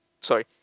sorry